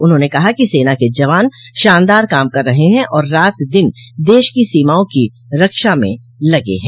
उन्होंने कहा कि सेना के जवान शानदार काम कर रहे हैं और रात दिन देश की सीमाओं की रक्षा में लगे हैं